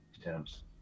attempts